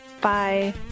Bye